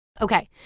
Okay